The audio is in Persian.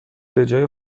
بجای